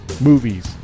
Movies